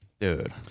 Dude